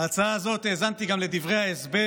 האזנתי לדברי ההסבר